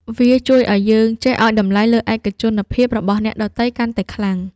វាជួយឱ្យយើងចេះឱ្យតម្លៃលើឯកជនភាពរបស់អ្នកដទៃកាន់តែខ្លាំង។